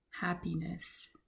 happiness